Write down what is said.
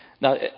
Now